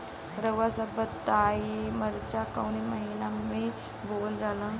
रउआ सभ बताई मरचा कवने महीना में बोवल जाला?